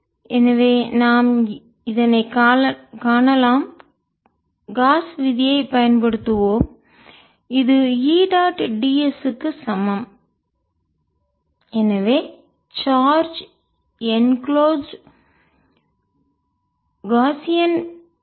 எனவே நாம் இதனை காணலாம் காஸ் விதியை பயன்படுத்துவோம் இது E டாட் d s க்கு சமம் எனவே சார்ஜ் என் குளோசெட் மூடப்பட்ட